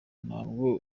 ntabwo